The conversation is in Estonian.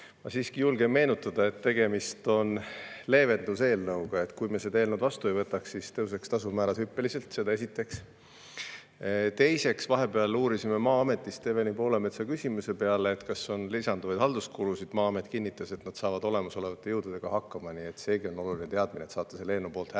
Ma siiski julgen meenutada, et tegemist on leevenduseelnõuga. Kui me seda eelnõu vastu ei võta, siis tõusevad tasumäärad hüppeliselt, seda esiteks. Teiseks, vahepeal uurisime Maa-ametist Evelin Poolametsa küsimuse peale, kas on lisanduvaid halduskulusid. Maa-amet kinnitas, et nad saavad olemasolevate jõududega hakkama, nii et seegi on oluline teadmine, et saaksite selle eelnõu poolt hääletada.